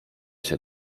się